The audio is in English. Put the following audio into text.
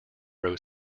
road